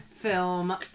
film